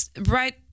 right